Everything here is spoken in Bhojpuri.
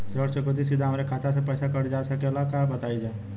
ऋण चुकौती सीधा हमार खाता से पैसा कटल जा सकेला का बताई जा?